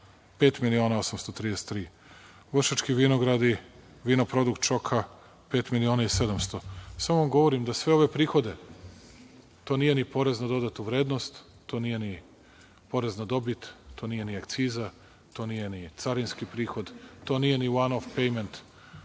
833.000. Vršački vinograd, „Vino produkt Čoka“ 5 miliona i 700.000.Samo vam govorim da sve ove prihode, to nije ni porez na dodatu vrednost, to nije ni porez na dobit, to nije ni akciza, to nije ni carinski prihod, to nije ni u smislu